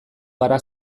gara